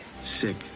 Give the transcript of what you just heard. Sick